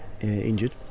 Injured